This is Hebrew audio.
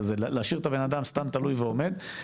זה להשאיר את האדם סתם תלוי ועומד.